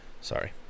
Sorry